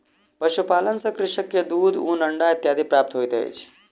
पशुपालन सॅ कृषक के दूध, ऊन, अंडा इत्यादि प्राप्त होइत अछि